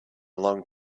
long